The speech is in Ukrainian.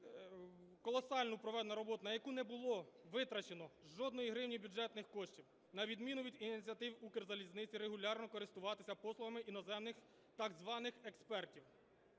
колосальну проведено роботу, на яку не було витрачено жодної гривні бюджетних коштів, на відміну від ініціатив Укрзалізниці, регулярно користуватися послугами іноземних так званих експертів